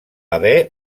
haver